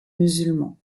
musulmans